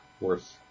worse